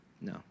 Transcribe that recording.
No